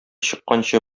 чыкканчы